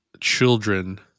children